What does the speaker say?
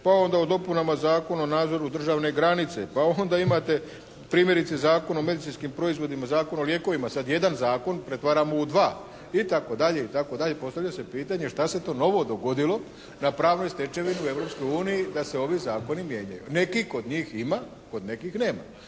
pa onda o dopunama Zakona o nadzoru državne granice, pa onda imate primjerice Zakon o medicinskim proizvodima, Zakon o lijekovima, sada jedan zakon pretvaramo u dva itd. itd. Postavlja se pitanje šta se to novo dogodilo na pravnoj stečevini u Europskoj uniji da se ovi zakoni mijenjaju. Neki kod njih ima, kod nekih nema.